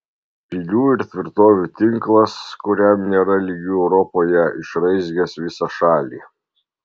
pilių ir tvirtovių tinklas kuriam nėra lygių europoje išraizgęs visą šalį